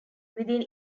within